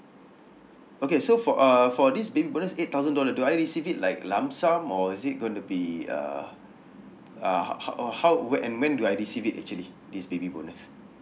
okay so for uh for this baby bonus eight thousand dollar do I receive it like lump sum or is it gonna be uh uh how how uh how when and when do I receive it actually this baby bonus